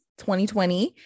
2020